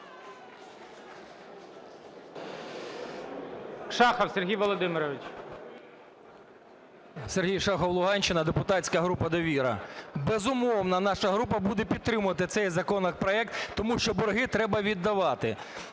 Шахов Сергій Володимирович.